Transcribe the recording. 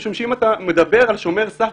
משום שאם אתה מדבר על שומר סף,